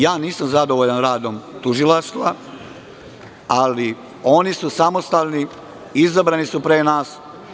Ja nisam zadovoljan radom tužilaštva, ali oni su samostalni, izabrani su pre nas.